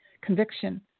conviction